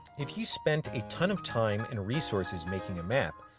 if you spent a ton of time and resources making a map,